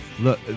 Look